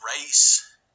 race